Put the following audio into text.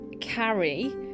carry